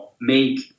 make